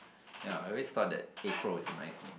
ya I always thought that April was a nice name